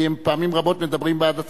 כי הם פעמים רבות מדברים בעד עצמם,